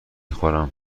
خورم